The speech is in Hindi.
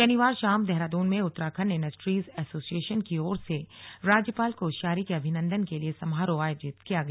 शनिवार शाम देहरादून में उत्तराखण्ड इंडस्ट्रीज एसोसिएशन की ओर से राज्यपाल कोश्यारी के अभिनंदन के लिए समारोह आयोजित किया गया